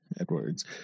Edwards